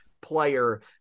player